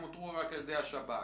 הם אותרו רק על ידי השב"כ.